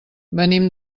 venim